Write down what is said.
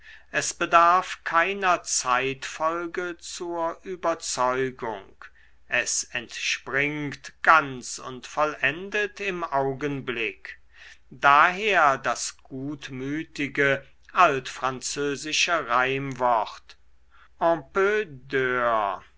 es bedarf keiner zeitfolge zur überzeugung es entspringt ganz und vollendet im augenblick daher das gutmütige